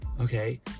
Okay